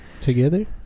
Together